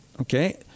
okay